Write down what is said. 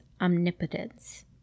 omnipotence